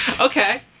Okay